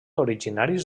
originaris